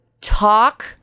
talk